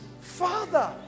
Father